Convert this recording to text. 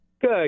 Good